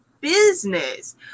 business